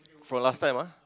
from last time ah